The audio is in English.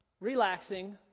relaxing